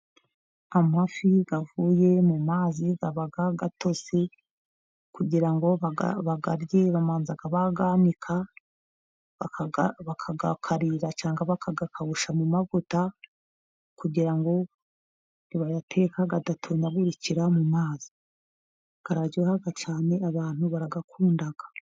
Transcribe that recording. Amafi avuye mu mazi aba atose kugira ngo bayarye bamanza bayanika, bakayakarira cyangwa bakayakabusha mu mavuta kugira ngo nibayateka adatonyokera mu mazi, araryoha cyane abantu baragakunda.